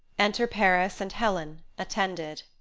enter paris and helen, attended